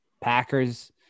Packers